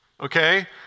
Okay